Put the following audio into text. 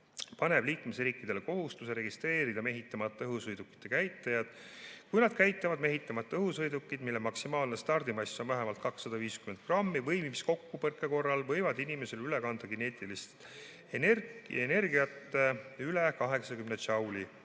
paneb liikmesriikidele kohustuse registreerida mehitamata õhusõidukite käitajad, kui nad käitavad mehitamata õhusõidukeid, mille maksimaalne stardimass on vähemalt 250 grammi või mis kokkupõrke korral võivad inimesele üle kanda kineetilist energiat üle 80 džauli